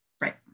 right